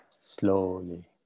slowly